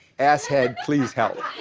ass-head. please help.